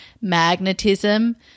magnetism